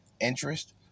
interest